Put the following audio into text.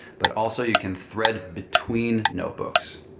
but also you can thread between notebooks.